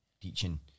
teaching